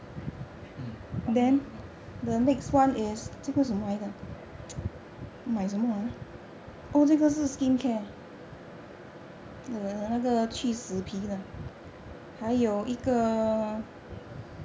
hmm 还没有用